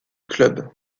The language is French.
club